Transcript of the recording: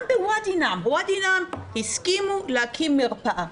גם בוואדי נעאם הסכימו להקים מרפאה.